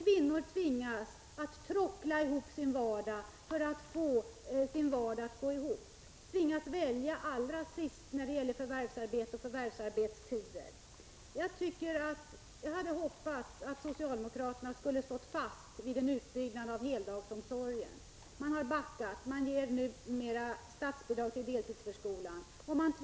Kvinnor tvingas att tråckla ihop sin vardag för att få den att gå ihop. De får välja allra sist när det gäller förvärvsarbete och arbetstider. Jag hade hoppats att socialdemokraterna skulle stå fast vid en utbyggnad av heldagsomsorgen. Men de har backat och ger nu mera statsbidrag till deltidsförskolan.